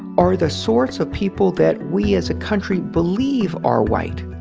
are the sorts of people that we as a country believe are white.